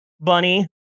Bunny